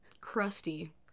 Crusty